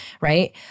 right